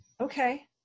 Okay